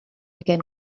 began